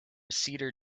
cedar